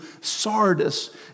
Sardis